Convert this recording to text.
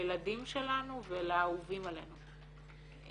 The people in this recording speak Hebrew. לילדים שלנו ולאהובים עלינו.